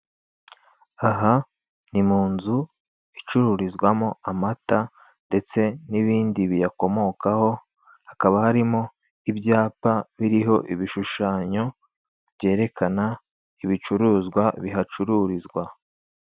Aha ni mu nzu icururizwamo amata ndetse n'ibindi biyakomokaho hakaba harimo ibyapa biriho ibishushanyo byerekana ibicuruzwa bihacururizwa.